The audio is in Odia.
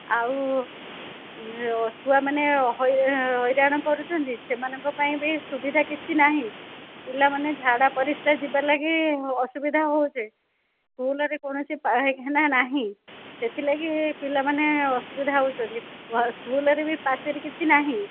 ଆଉ ଛୁଆମାନେ ହଇରାଣ କରୁଛନ୍ତି ସେମାନଙ୍କ ପାଇଁ ବି ସୁବିଧା କିଛି ନାହିଁ ପିଲାମାନେ ଝାଡା ପରିସ୍ରା ଯିବା ଲାଗି ଅସୁବିଧା ହେଉଛି ସ୍କୁଲ୍ରେ କୌଣସି ପାଇଖାନା ନାହିଁ ସେଥିଲାଗି ପିଲାମାନେ ଅସୁବିଧା ହେଉଛନ୍ତି ସ୍କୁଲ୍ରେ ବି ପାଚେରୀ କିଛି ନାହିଁ